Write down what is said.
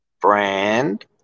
Brand